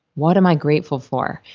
what am i grateful for,